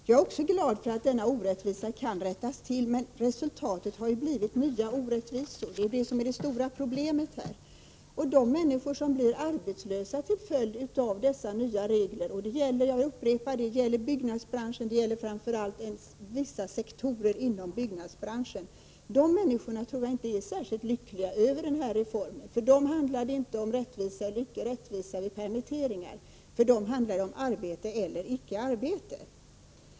Fru talman! Jag är glad över att denna orättvisa kan tas bort, men resultatet har ju blivit nya orättvisor. Det är detta som är det stora problemet. De människor som blir arbetslösa till följd av de nya reglerna — det gäller, jag upprepar det, framför allt vissa sektorer inom byggnadsbranschen — tror jag inte är särskilt lyckliga över reformen. För dessa människor handlar det inte om rättvisa eller orättvisa vid permitteringar, för dem handlar det om arbete eller icke arbete.